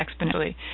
exponentially